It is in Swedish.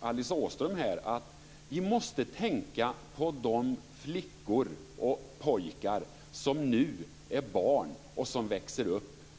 Alice Åström här, att vi måste tänka på de flickor och pojkar som nu är barn och växer upp.